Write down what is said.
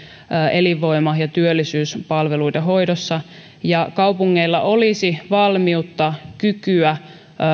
elinvoima ja työllisyyspalveluiden hoidossa kaupungeilla olisi valmiutta kykyä